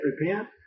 repent